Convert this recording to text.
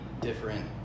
different